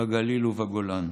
בגליל ובגולן.